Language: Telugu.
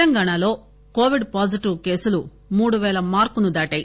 తెలంగాణాలో కోవిడ్ పాజిటివ్ కేసులు మూడువేల మార్కును దాటాయి